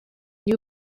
new